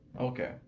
Okay